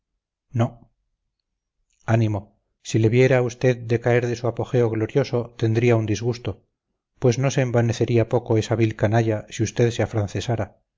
ánimo si le viera a usted decaer de su apogeo glorioso tendría un disgusto pues no se envanecería poco esa vil canalla si usted se afrancesara